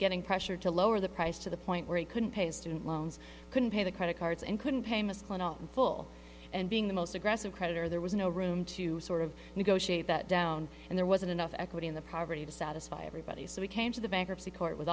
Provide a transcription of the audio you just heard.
getting pressure to lower the price to the point where he couldn't pay student loans couldn't pay the credit cards and couldn't pay mr clinton full and being the most aggressive creditor there was no room to sort of negotiate that down and there wasn't enough equity in the poverty to satisfy everybody so he came to the bankruptcy court with